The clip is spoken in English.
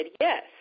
yes